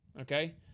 Okay